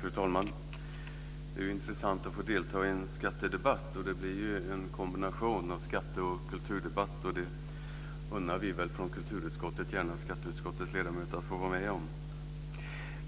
Fru talman! Det är intressant att få delta i en skattedebatt. Det blir ju en kombination av skatteoch kulturdebatt och det unnar vi från kulturutskottet gärna skatteutskottets ledamöter att få vara med om.